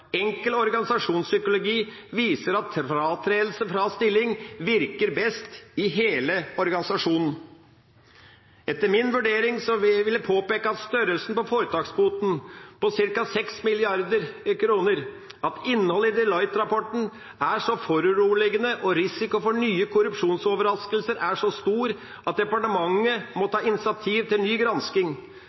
Enkel organisasjonspsykologi viser at fratredelse fra stilling virker best i hele organisasjonen. Etter min vurdering vil jeg påpeke at størrelsen på foretaksboten er på ca. 6 mrd. kr, og at innholdet i Deloitte-rapporten er så foruroligende og risikoen for nye korrupsjonsoverraskelser er så stor at departementet må ta initiativ til ny gransking